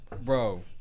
Bro